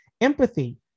empathy